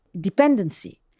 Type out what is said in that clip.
dependency